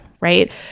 right